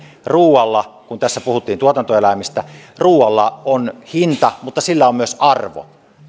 ruoalla kun tässä puhuttiin tuotantoeläimistä on hinta mutta sillä on myös arvo